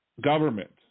government